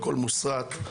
הכול מוסרט,